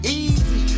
easy